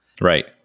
Right